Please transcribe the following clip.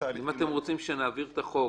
אם אתם רוצים שנעביר את החוק